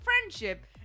friendship